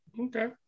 Okay